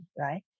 right